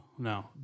No